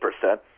percent